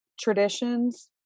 traditions